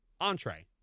entree